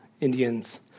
Indians